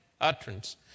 utterance